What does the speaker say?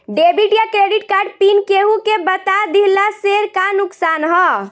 Debit या credit card pin केहूके बता दिहला से का नुकसान ह?